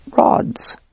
rods